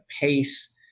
pace